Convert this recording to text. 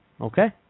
Okay